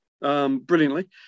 brilliantly